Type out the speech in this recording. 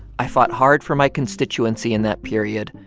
i fought hard for my constituency in that period,